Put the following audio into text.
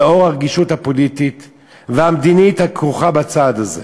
לאור הרגישות הפוליטית והמדינית הכרוכה בצעד הזה.